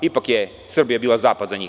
Ipak je Srbija bila zapad za njih.